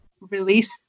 release